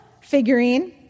figurine